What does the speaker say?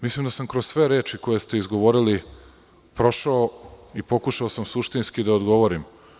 Mislim da sam kroz sve reči koje ste izgovorili prošao i pokušao sam suštinski da odgovorim.